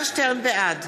בעד